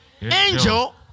angel